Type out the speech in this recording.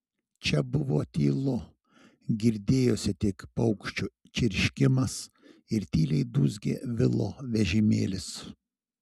čia buvo tylu girdėjosi tik paukščių čirškimas ir tyliai dūzgė vilo vežimėlis